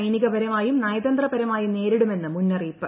സൈനികപരമായും നയതന്ത്രപരമായും നേരിടുമെന്ന് മുന്നറിയിപ്പ്